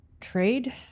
trade